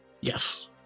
Yes